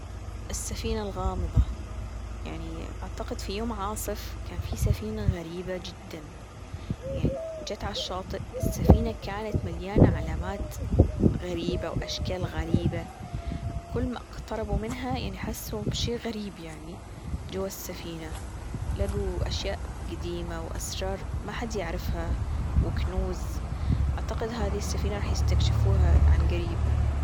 السفينة الغامضة يعني أعتقد في يوم عاصف كان في سفينة غريبة جدا يعني جت على الشاطئ السفينة كانت مليانة علامات غريبة وأشكال غريبة كل ما إقتربوا منها يعني حسوا بشيء غريب يعني جوة السفينة لجوا أشياء جديمة وأسرار ما حد يعرفها وكنوز أعتقد هذي السفينة راح يستكشفوها عن قريب.